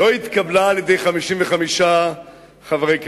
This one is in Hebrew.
לא התקבלה על-ידי 55 חברי כנסת,